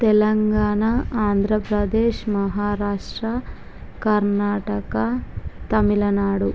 Telangana Andhra Pradesh Maharashtra Karnataka Tamil Nadu